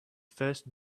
first